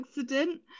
accident